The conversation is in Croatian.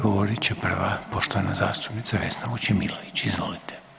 govorit će prva poštovana zastupnica Vesna Vučemilović, izvolite.